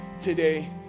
today